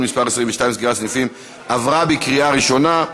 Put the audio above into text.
מס' 22) (סגירת סניפים) עברה בקריאה ראשונה,